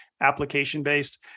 application-based